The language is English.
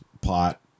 pot